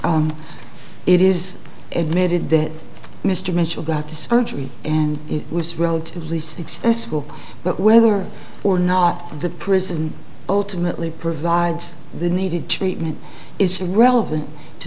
it is an admitted that mr mitchell got the surgery and it was relatively successful but whether or not the prison ultimately provides the needed treatment is relevant to